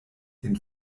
den